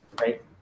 Right